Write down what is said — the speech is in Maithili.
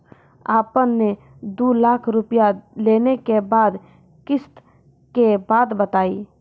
आपन ने दू लाख रुपिया लेने के बाद किस्त के बात बतायी?